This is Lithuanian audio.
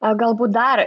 o galbūt dar